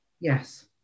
Yes